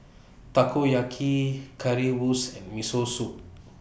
Takoyaki Currywurst and Miso Soup